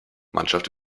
mannschaft